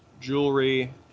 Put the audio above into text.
jewelry